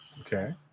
Okay